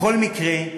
בכל מקרה,